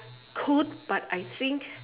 could but I think